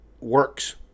works